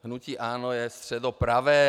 Hnutí ANO je středopravé.